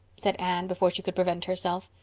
said anne, before she could prevent herself.